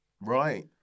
Right